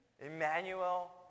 Emmanuel